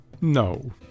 no